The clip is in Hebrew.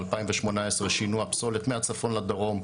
שינוע פסולת מהצפון לדרום,